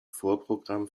vorprogramm